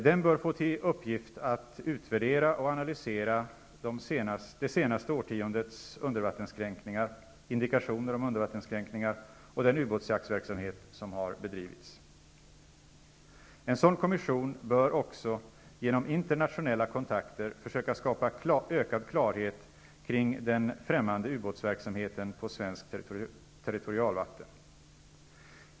Den bör få till uppgift att utvärdera och analysera det senaste årtiondets undervattenskränkningar, indikationer om undervattenskränkningar och den ubåtsjaktverksamhet som har bedrivits. En sådan kommission bör också genom internationella kontakter försöka skapa ökad klarhet kring den främmande ubåtsverksamheten på svenskt territorialvatten.